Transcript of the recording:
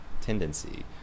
tendency